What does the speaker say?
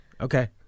Okay